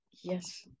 Yes